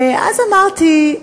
אז אמרתי: